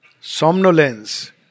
somnolence